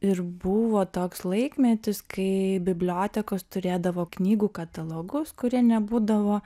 ir buvo toks laikmetis kai bibliotekos turėdavo knygų katalogus kurie nebūdavo